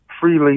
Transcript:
freely